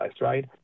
right